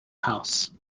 house